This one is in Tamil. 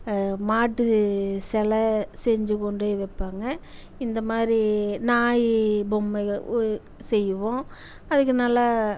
மாட்டு சிலை செஞ்சு கொண்டு போய் வைப்பாங்க இந்த மாதிரி நாய் பொம்மைகள் உ செய்வோம் அதுக்கு நல்லா